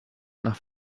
nach